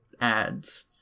ads